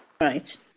Right